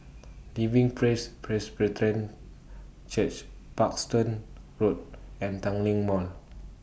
Living Praise Presbyterian Church Parkstone Road and Tanglin Mall